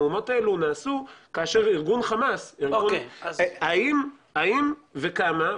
המהומות האלה נעשו כאשר חמאס --- האם וכמה,